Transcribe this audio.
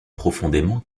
profondément